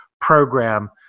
program